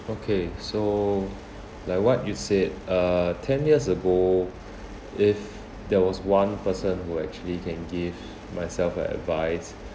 okay so like what you said uh ten years ago if there was one person who actually can give myself an advice